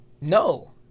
No